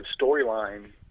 storyline